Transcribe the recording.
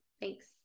thanks